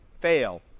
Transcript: fail